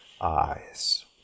eyes